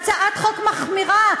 הצעת חוק מחמירה,